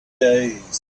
days